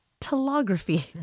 telegraphy